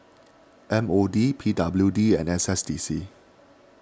M O D P W D and S S D C